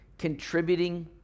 Contributing